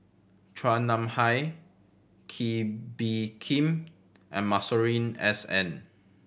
Chua Nam Hai Kee Bee Khim and Masuri S N